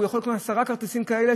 והוא יכול לקנות עשרה כרטיסים כאלה,